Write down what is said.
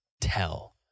tell